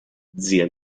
zia